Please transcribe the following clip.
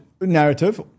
narrative